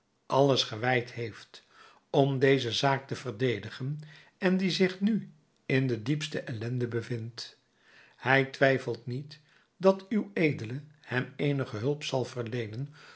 alles gewijd heeft om deze zaak te verdedigen en die zich nu in de diepste ellende bevindt hij twijfelt niet dat uwedele hem eenige hulp zal verleenen